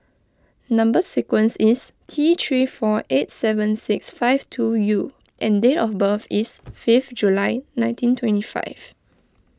Number Sequence is T three four eight seven six five two U and date of birth is fifth July nineteen twenty five